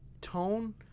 tone